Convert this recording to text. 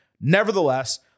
Nevertheless